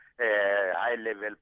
high-level